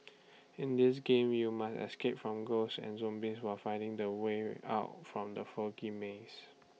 in this game you must escape from ghosts and zombies while finding the way out from the foggy maze